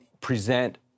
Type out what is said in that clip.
present